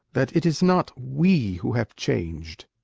that it is not we who have changed!